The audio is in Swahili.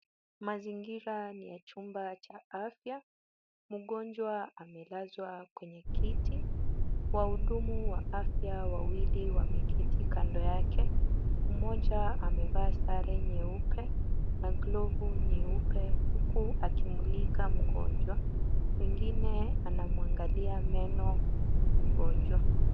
Mazingira ni ya chumba cha afya. Mgonjwa amelazwa kwenye kiti. Wahudumu wa afya wawili wameketi kando yake, mmoja amevaa sare nyeupe na glovu nyeupe huku akimulika mgonjwa. Mwingine anamwangalia meno mgonjwa.